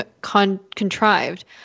contrived